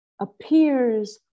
appears